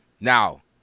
Now